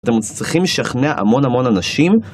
אתם צריכים לשכנע המון המון אנשים